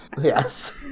Yes